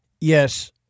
Yes